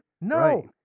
no